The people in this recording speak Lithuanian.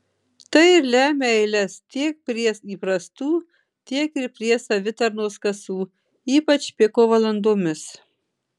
tai ir lemia eiles tiek prie įprastų tiek ir prie savitarnos kasų ypač piko valandomis